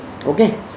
Okay